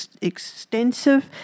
extensive